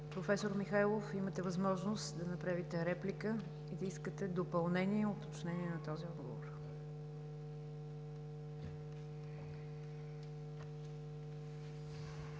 Професор Михайлов, имате възможност да направите реплика, ако искате, допълнение и уточнение на този отговор.